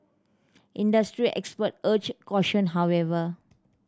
industry expert urged caution however